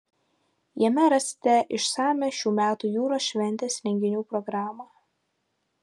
jame rasite išsamią šių metų jūros šventės renginių programą